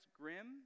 grim